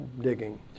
digging